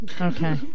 Okay